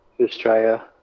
Australia